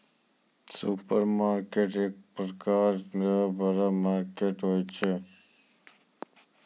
supermarket एक प्रकार रो बड़ा मार्केट होय छै